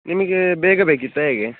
ನಿಮಗೆ ಬೇಗ ಬೇಕಿತ್ತಾ ಹೇಗೆ